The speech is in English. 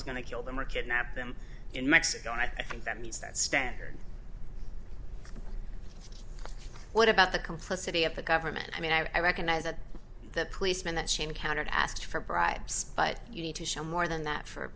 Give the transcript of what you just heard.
someone's going to kill them or kidnap them in mexico and i think that means that standard what about the complicity of the government i mean i recognize that the policeman that she encountered asked for bribes but you need to show more than that for